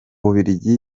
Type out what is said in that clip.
bubiligi